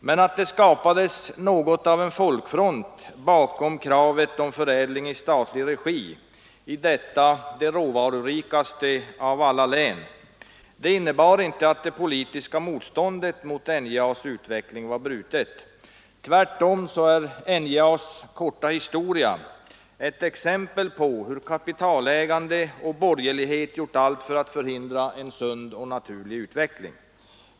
Men att det skapades något av en folkfront bakom kravet på förädling i statlig regi i detta det råvarurikaste av alla län innebar inte att det politiska motståndet mot NJA:s utveckling var brutet. Tvärtom är NJA s korta historia ett exempel på hur kapitalägande och borgerlighet gjort allt för att förhindra en sund och naturlig utveckling.